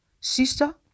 sister